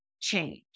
change